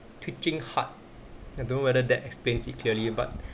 twitching hard and I don't know whether that explains it clearly but